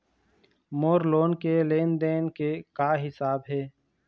मोर loan के लेन देन के का हिसाब हे?